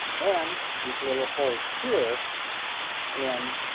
and these little holes here in